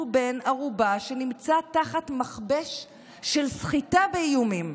בן ערובה שנמצא תחת מכבש של סחיטה באיומים.